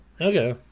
Okay